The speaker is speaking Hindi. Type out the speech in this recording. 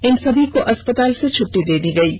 इन सभी को अस्पताल से छटटी दे दी गयी है